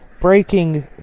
breaking